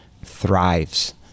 thrives